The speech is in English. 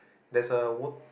there's a wat~